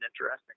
interesting